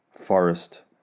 forest